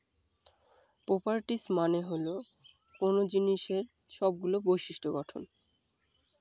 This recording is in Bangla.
প্রপারটিস মানে হল কোনো জিনিসের সবগুলো বিশিষ্ট্য গঠন